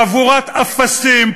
חבורת אפסים,